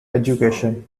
education